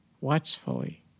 watchfully